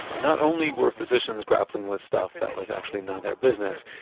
not only were physicians grappling with stuff that was actually not their business,